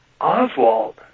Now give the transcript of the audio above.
Oswald